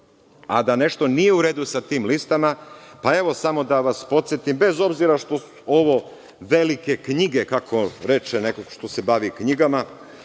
a da nešto nije u redu sa tim listama, pa evo, samo da vas podsetim, bez obzira što su ovo velike knjige, kako reče neko ko se bavi knjigama,